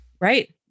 Right